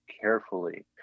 carefully